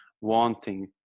wanting